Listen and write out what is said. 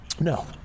No